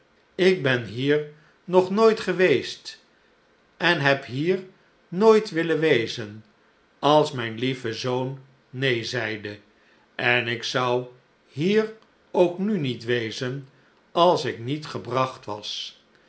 ik ben hier nog nooit geweest en neb hier nooit willen wezen als mijn lieve zoon neen zeide en ik zou hier ook nu niet wezen als ik niet gebracht was